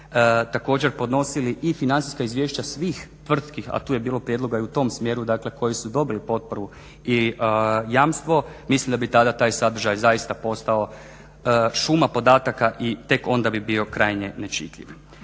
također podnosili i financijska izvješća svih tvrtki a tu je bilo prijedloga i u tom smjeru koji su dobili potporu i jamstvo, mislim da bi tada taj sadržaj zaista postao šuma podataka i tek onda bi bio krajnje nečitljiv.